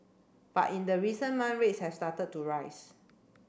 but in the recent month rates have started to rise